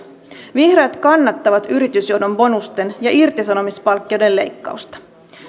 vihreät kannattavat yritysjohdon bonusten ja irtisanomispalkkioiden leikkausta